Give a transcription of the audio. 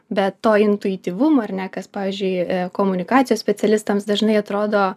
be to intuityvumo ar ne kas pavyzdžiui komunikacijos specialistams dažnai atrodo